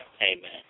Amen